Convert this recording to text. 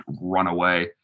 runaway